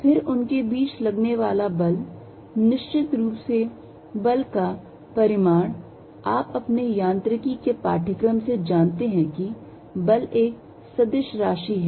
फिर उनके बीच लगने वाला बल निश्चित रूप से बल का परिमाण आप अपने यांत्रिकी के पाठ्यक्रम से जानते हैं कि बल एक सदिश राशि है